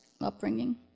upbringing